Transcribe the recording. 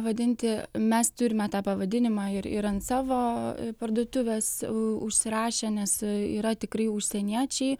vadinti mes turime tą pavadinimą ir ir ant savo parduotuvės užsirašę nes yra tikrai užsieniečiai